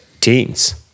teens